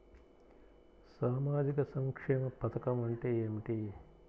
సామాజిక సంక్షేమ పథకం అంటే ఏమిటి?